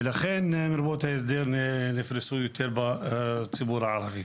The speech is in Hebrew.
לכן מרפאות ההסדר נפרסו יותר בציבור הערבי.